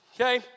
okay